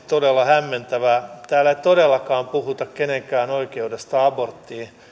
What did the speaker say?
todella hämmentävää täällä ei todellakaan puhuta kenenkään oikeudesta aborttiin